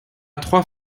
trois